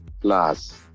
plus